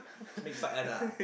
make fight one ah